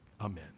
Amen